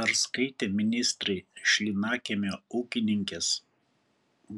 ar skaitė ministrai šlynakiemio ūkininkės